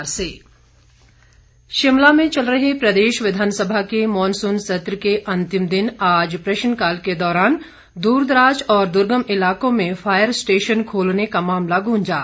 प्रश्नकाल शिमला में चल रहे प्रदेश विधानसभा के मॉनसून सत्र के अंतिम दिन आज प्रश्नकाल के दौरान दूरदराज और दुर्गम इलाकों में फायर स्टेशन खोलने का मामला गूंजा